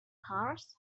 cars